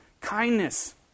kindness